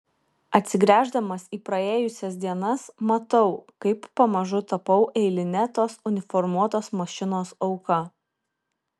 atsigręždamas į praėjusias dienas matau kaip pamažu tapau eiline tos uniformuotos mašinos auka